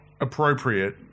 appropriate